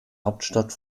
hauptstadt